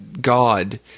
god